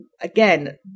Again